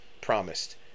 promised